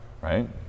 right